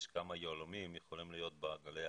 כמה יהלומים יכולים להיות בקרב העלייה.